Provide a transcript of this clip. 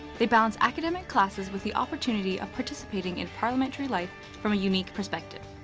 they balance academic classes with the opportunity of participating in parliamentary life from a unique perspective.